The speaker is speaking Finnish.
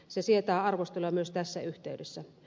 se sietää arvostelua myös tässä yhteydessä